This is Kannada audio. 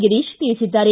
ಗಿರೀಶ್ ತಿಳಿಸಿದ್ದಾರೆ